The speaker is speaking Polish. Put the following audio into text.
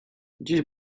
dziś